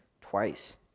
twice